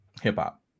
Hip-hop